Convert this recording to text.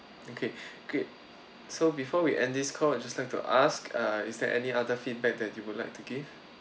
okay great so before we end this call I just like to ask uh is there any other feedback that you would like to give